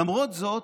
למרות זאת,